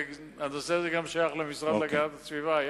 הנושא הזה גם שייך למשרד להגנת הסביבה.